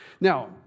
Now